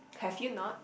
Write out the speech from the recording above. have you not